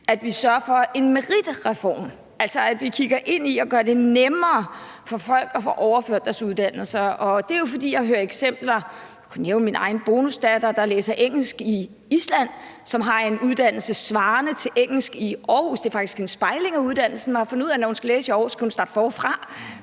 at vi sørger for en meritreform, altså at vi kigger ind i at gøre det nemmere for folk at få overført deres uddannelser. Det er jo, fordi jeg hører eksempler. Jeg kunne nævne min egen bonusdatter, der læser engelsk i Island, hvor der er en uddannelse svarende til engelsk i Aarhus – det er faktisk en spejling af uddannelsen – men som har fundet ud af, at når hun skal læse i Aarhus, skal hun starte forfra,